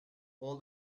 all